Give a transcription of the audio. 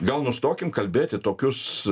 gal nustokim kalbėti tokius